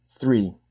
Three